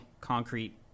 concrete